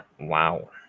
Wow